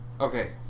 Okay